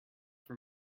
for